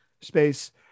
space